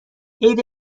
عید